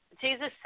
Jesus